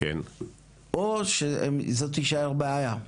או שזו תישאר בעיה?